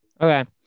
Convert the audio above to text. Okay